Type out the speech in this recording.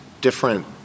different